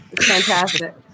Fantastic